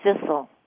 thistle